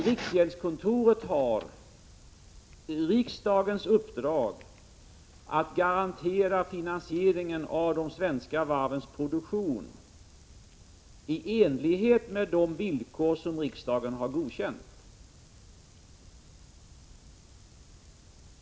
Riksgäldskontoret har riksdagens uppdrag att garantera finansieringen av de svenska varvens produktion i enlighet med de villkor som riksdagen har godkänt.